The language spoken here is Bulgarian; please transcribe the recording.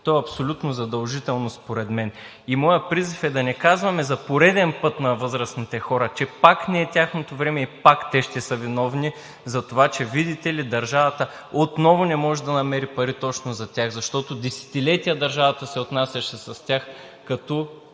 то е абсолютно задължително според мен. И моят призив е да не казваме за пореден път на възрастните хора, че пак не е тяхното време и пак те ще са виновни за това, че, видите ли, държавата отново не може да намери пари точно за тях. Защото десетилетия държавата се отнасяше с тях като